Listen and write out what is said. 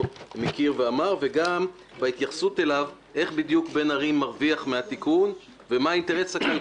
גם לחבר כנסת, לא יעזור כלום.